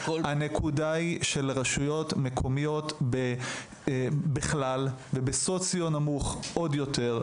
הנקודה היא שלרשויות מקומיות בכלל ובסוציו נמוך עוד יותר,